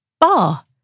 bar